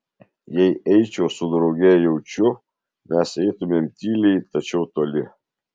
jei eičiau su drauge jaučiu mes eitumėm tyliai tačiau toli